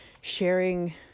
sharing